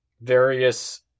various